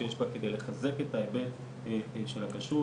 שיש בה כדי לחזק את ההיבט של הכשרות.